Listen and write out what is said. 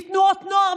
תנועות נוער,